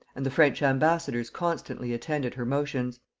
and the french ambassadors constantly attended her motions.